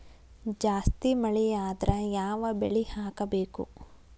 ಜಾಸ್ತಿ ಮಳಿ ಆದ್ರ ಯಾವ ಬೆಳಿ ಹಾಕಬೇಕು?